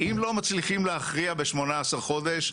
אם לא מצליחים להכריע ב-18 חודש,